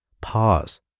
Pause